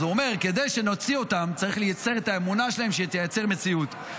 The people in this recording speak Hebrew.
אז הוא אומר שכדי שנוציא אותם צריך לייצר את האמונה שלהם שתייצר מציאות.